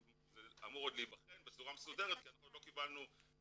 זה אמור עוד להבחן בצורה מסודרת כי אנחנו עוד לא קיבלנו פניה